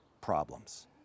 problems